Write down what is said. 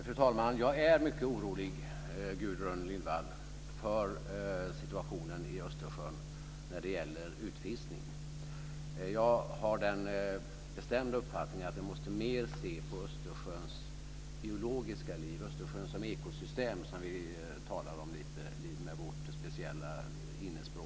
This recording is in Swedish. Fru talman! Jag är mycket orolig, Gudrun Lindvall, för situationen i Östersjön när det gäller utfiskning. Jag har den bestämda uppfattningen att vi mer måste se på Östersjöns biologiska liv, Östersjön som ekosystem som talar om med vårt lite speciella innespråk.